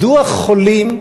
מדוע חולים,